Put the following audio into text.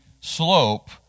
slope